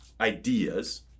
ideas